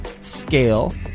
scale